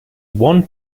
one